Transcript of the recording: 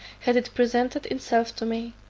had it presented itself to me.